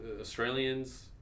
Australians